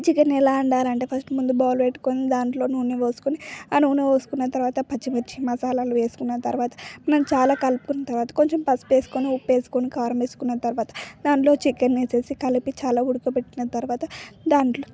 chicken ఎలా వండాలంటే అంటే ఫస్ట్ ముందు బాల్ పెట్టుకోని దాంట్లో నూనె పోసుకుని ఆ నూనె పోసుకున్న తర్వాత పచ్చిమిర్చి మసాలాలు వేసుకున్న తర్వాత నాకు చాలా కలుపుకున్న తర్వాత కొంచెం పసుపు వేసుకొని ఉప్పేసుకుని కారం వేసుకున్న తర్వాత దాంట్లో చికెన్ వేసేసి కలిపి చాలా ఉడకబెట్టిన తర్వాత దాంట్లో